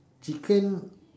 chicken